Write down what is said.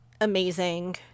amazing